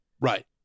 Right